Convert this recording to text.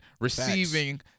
receiving